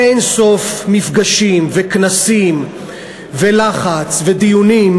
אין-סוף מפגשים וכנסים ולחץ ודיונים,